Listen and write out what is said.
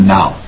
Now